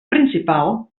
principal